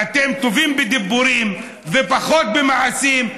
ואתם טובים בדיבורים ופחות במעשים,